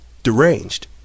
Deranged